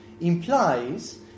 implies